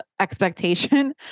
expectation